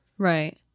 Right